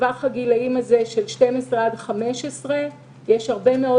בטווח הגילאים הזה של 12 15 יש הרבה מאוד